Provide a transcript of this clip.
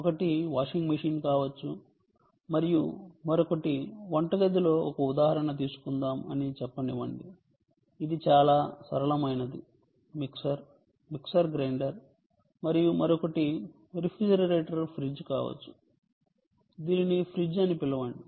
ఒకటి washing machine కావచ్చు మరియు మరొకటి వంటగదిలో ఒక ఉదాహరణ తీసుకుందాం అని చెప్పనివ్వండి ఇది చాలా సరళమైనది మిక్సర్ మిక్సర్ గ్రైండర్ మరియు మరొకటి రిఫ్రిజిరేటర్ ఫ్రిజ్ కావచ్చు దీనిని ఫ్రిజ్ అని పిలవండి